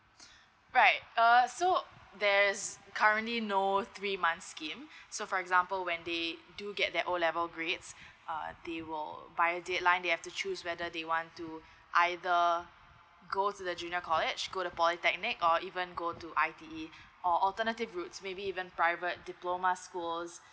right err so there's currently no three months scheme so for example when they do get their O level grades uh they will by a date line they have to choose whether they want to either go to the junior college go to polytechnic or even go to I_T_E or alternative route maybe even private diploma schools